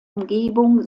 umgebung